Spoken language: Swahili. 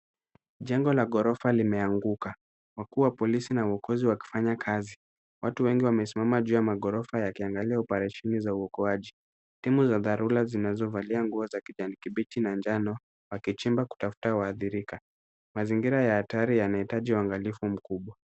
Jengo la ghorofa limeanguka. Wakuu wa polisi na wokozi wakifanya kazi. Watu wengi wamesimama juu ya maghorofa yakiangalia oparesheni za uokoaji. Timu za dharura zinazovalia nguo za kijani kibichi na njano wakichimba kutafuta waadhirika. Mazingira ya hatari yanahitaji uangalifu mkubwa.